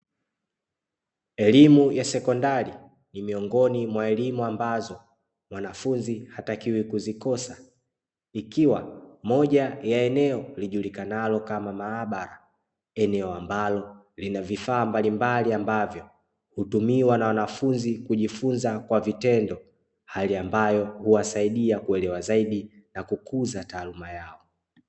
Elimu ya sekondari ni miungoni mwa elimu ambazo mwanafunzi hatakiwi kuzikosa. Ikiwa moja ya eneo lijulikanalo kama maabara, eneo ambalo lina vifaa mbalimbali, ambavyo hutumiwa na wanafunzi kujifunza kwa vitendo hali ambayo huwasaidia kuelewa zaidi na kukuza taaluma yao.